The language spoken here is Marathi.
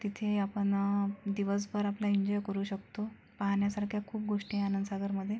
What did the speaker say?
तिथे आपण दिवसभर आपलं एन्जॉय करू शकतो पाहन्या सारख्या खूप गोष्टी आहे आनंद सागरमध्ये